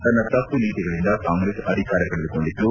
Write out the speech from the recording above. ತನ್ನ ತಪ್ಪು ನೀತಿಗಳಿಂದ ಕಾಂಗ್ರೆಸ್ ಅಧಿಕಾರ ಕಳೆದುಕೊಂಡಿತು